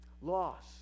loss